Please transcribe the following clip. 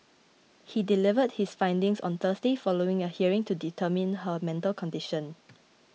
he delivered his findings on Thursday following a hearing to determine her mental condition